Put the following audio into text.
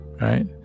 right